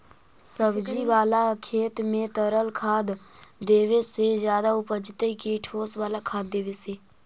सब्जी बाला खेत में तरल खाद देवे से ज्यादा उपजतै कि ठोस वाला खाद देवे से?